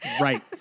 Right